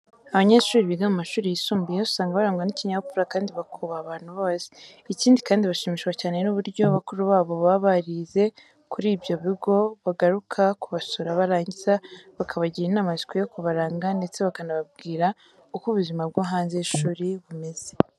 Abanyeshuri biga mu mashuri yisumbuye usanga barangwa n'ikinyabupfura kandi bakubaha abantu bose. Ikindi kandi bashimishwa cyane n'uburyo bakuru babo baba barize kuri ibyo bigo bagaruka kubasura barangiza bakabagira inama zikwiye kubaranga ndetse bakanababwira uko ubuzima bwo hanze y'ishuri bumeze.